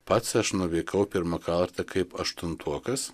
pats aš nuvykau pirmą kartą kaip aštuntokas